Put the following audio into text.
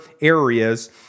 areas